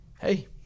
hey